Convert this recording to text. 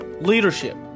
leadership